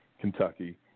Kentucky